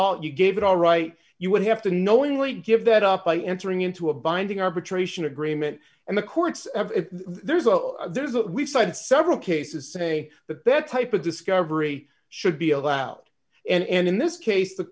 all you gave it all right you would have to knowingly give that up by entering into a binding arbitration agreement and the courts there's a there's a we've cited several cases say that their type of discovery should be allowed and in this case the